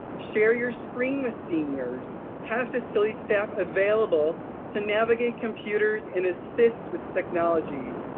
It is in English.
share your screen with seniors. have facility staff available to navigate computers and assist with technology.